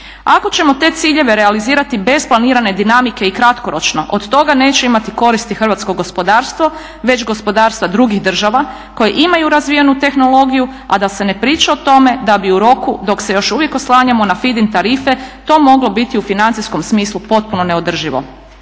Ako ćemo te ciljeve realizirati bez planirane dinamike i kratkoročno, od toga neće imati koristi hrvatsko gospodarstvo već gospodarstva drugih država koje imaju razvijenu tehnologiju, a da se ne priča o tome da bi u roku dok se još uvijek oslanjamo na … tarife to moglo biti u financijskom smislu potpuno neodrživo.